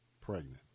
pregnant